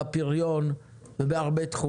פריון ועוד.